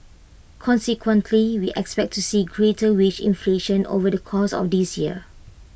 consequently we expect to see greater wage inflation over the course of this year